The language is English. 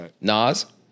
Nas